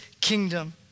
kingdom